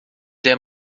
der